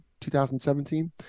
2017